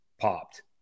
popped